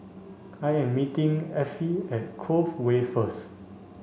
I am meeting Effie at Cove Way first